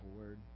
word